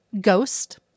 Ghost